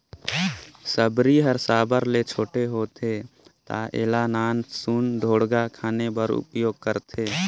सबरी हर साबर ले छोटे होथे ता एला नान सुन ढोड़गा खने बर उपियोग करथे